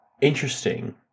interesting